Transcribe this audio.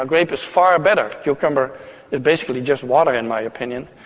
ah grape is far better. cucumber is basically just water, in my opinion,